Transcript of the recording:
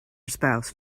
spouse